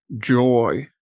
joy